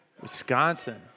Wisconsin